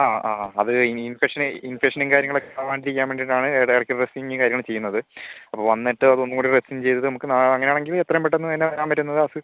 ആ ആ ആ അത് കഴിഞ്ഞ് ഇഫെക്ഷന് ഇഫെക്ഷനും കാര്യങ്ങളൊക്കെ അവാണ്ടിരിക്കാൻ വേണ്ടീട്ടാണ് ഡയറക്റ്റ് ഡ്രെസ്സിങ്ങും കാര്യങ്ങളും ചെയ്യുന്നത് അപ്പം വന്നിട്ട് അത് ഒന്നുകൂടെ ഡ്രെസ്സിങ്ങ് ചെയ്തത് നമുക്ക് നാളെ അങ്ങനെയാണെങ്കിൽ എത്രയും പെട്ടന്ന് തന്നെ വരാൻ പറ്റുന്നത്